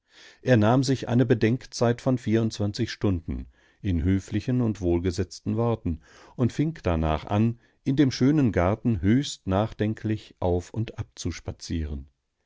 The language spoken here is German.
er nahm sich eine bedenkzeit von vierundzwanzig stunden in höflichen und wohlgesetzten worten und fing darnach an in dem schönen garten höchst nachdenklich auf und